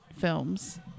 films